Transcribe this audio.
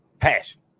passion